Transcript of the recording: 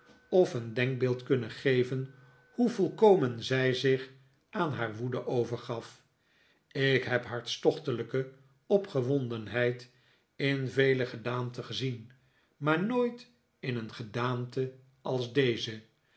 of een denkbeeld kunnen geven hoe volkomen zij zich aan haar woede overgaf ik heb hartstochtelijke opgewondenheid in vele gedaanten gezien maar nooit in een gedaante als deze